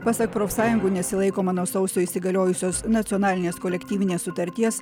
pasak profsąjungų nesilaikoma nuo sausio įsigaliojusios nacionalinės kolektyvinės sutarties